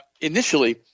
initially